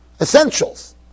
Essentials